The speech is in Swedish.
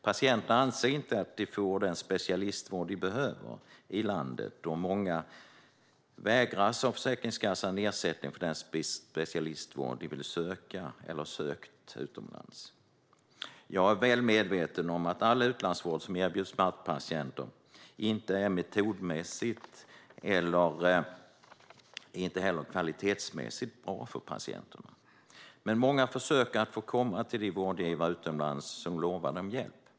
Patienterna anser inte att de får den specialistvård som de behöver i landet, och många vägras ersättning från Försäkringskassan för den specialistvård de vill söka eller har sökt utomlands. Jag är väl medveten om att all utlandsvård som erbjuds smärtpatienter inte är metodmässigt och inte heller kvalitetsmässigt bra för patienterna. Men många försöker att få komma till de vårdgivare utomlands som lovar dem hjälp.